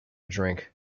drink